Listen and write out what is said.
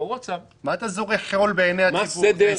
-- מה אתה זורה חול בעיני הציבור?